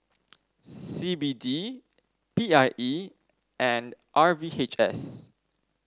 C B D P I E and R V H S